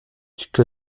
que